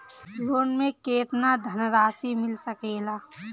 Loan मे केतना धनराशी मिल सकेला?